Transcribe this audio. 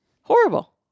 Horrible